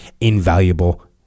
invaluable